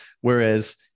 Whereas